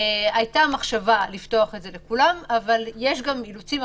הייתה מחשבה לפתוח את זה לכולם אבל יש גם אילוצים.